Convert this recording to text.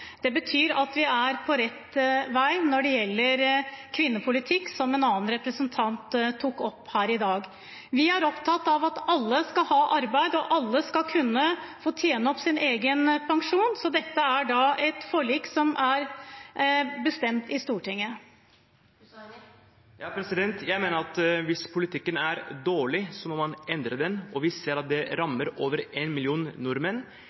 Det betyr at vi er på rett vei når det gjelder kvinnepolitikk, som en annen representant tok opp her i dag. Vi er opptatt av at alle skal ha arbeid, og at alle skal tjene opp sin egen pensjon. Pensjonsforlik bestemmes i Stortinget. Jeg mener at hvis politikken er dårlig, må man endre den, og vi ser at det rammer over en million nordmenn,